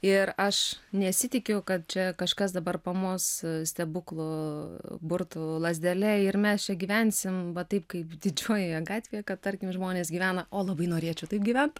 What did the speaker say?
ir aš nesitikiu kad čia kažkas dabar pamos stebuklų burtų lazdele ir mes čia gyvensim va taip kaip didžiojoje gatvėje kad tarkim žmonės gyvena o labai norėčiau taip gyvent